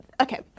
Okay